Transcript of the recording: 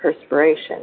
perspiration